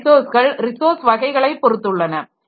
இந்த ரிசோர்ஸ்கள் ரிசோர்ஸ் வகைகளைப் பொறுத்துள்ளன